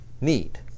need